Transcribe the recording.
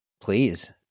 Please